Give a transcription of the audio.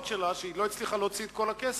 שלה שהיא לא הצליחה להוציא את כל הכסף.